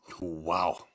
Wow